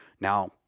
Now